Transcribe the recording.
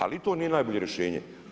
Ali i to nije najbolje rješenje.